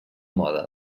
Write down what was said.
moda